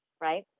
right